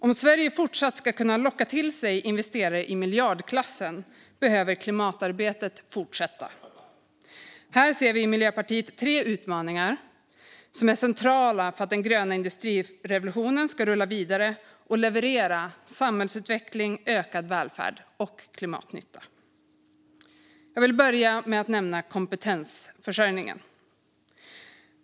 Om Sverige fortsatt ska kunna locka till sig investeringar i miljardklassen behöver klimatarbetet fortsätta. Här ser vi i Miljöpartiet tre utmaningar som är centrala för att den gröna industrirevolutionen ska rulla vidare och leverera samhällsutveckling, ökad välfärd och klimatnytta. Jag vill börja med att nämna kompetensförsörjningen.